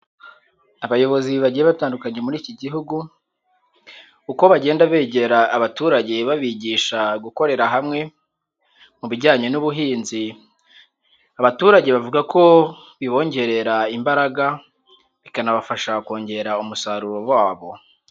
Abayobozi bagiye batandukanye muri iki gihugu, uko bagenda begera abaturage babigisha gukorera hamwe, mu bijyanye n'ubuhinzi, abaturage bavuga ko bibongerera imbaraga, bikanabafasha kongera umusaruro wabo.